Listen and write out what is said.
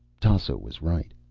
tasso was right.